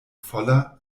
voller